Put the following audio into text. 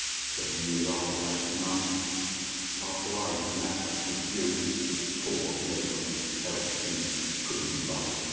several years after that, my mum passed away and that was due to poor medical help. she could have been saved,